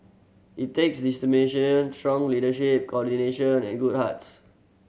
it takes strong leadership coordination and good hearts